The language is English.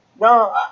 No